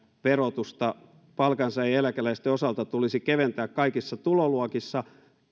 verotusta palkansaajien ja eläkeläisten osalta tulisi keventää kaikissa tuloluokissa